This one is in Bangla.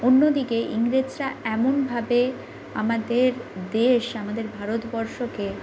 অন্যদিকে ইংরেজরা এমনভাবে আমাদের দেশ আমাদের ভারতবর্ষকে